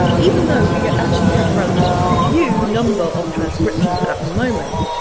even though we actually have a relatively few number of transcriptions at the moment.